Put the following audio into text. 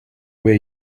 way